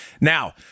Now